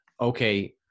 okay